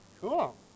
Cool